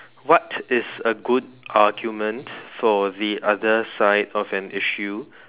what is a good argument for the other side of an issue